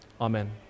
Amen